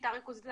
שיטה ריכוזית.